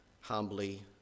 humbly